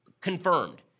Confirmed